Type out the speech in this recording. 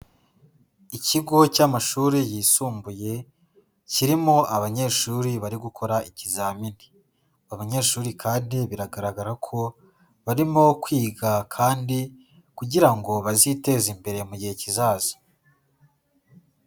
Ikigo cy'amashuri yisumbuye, kirimo abanyeshuri bari gukora ikizamini, abanyeshuri kandi biragaragara ko barimo kwiga kandi kugira ngo baziteze imbere mu gihe kizaza.